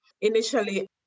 Initially